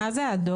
מה זה האדום?